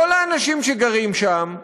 לא לאנשים שגרים שם,